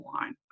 line